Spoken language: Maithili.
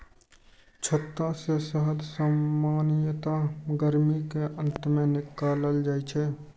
छत्ता सं शहद सामान्यतः गर्मीक अंत मे निकालल जाइ छै